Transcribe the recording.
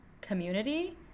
community